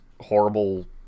horrible